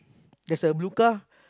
there is a blue car